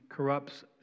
corrupts